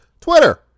Twitter